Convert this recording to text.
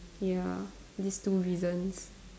ya these two reasons